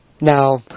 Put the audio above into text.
Now